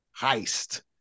heist